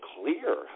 clear